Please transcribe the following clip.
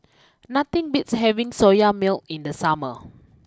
nothing beats having Soya Milk in the summer